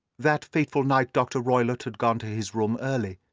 that fatal night dr. roylott had gone to his room early,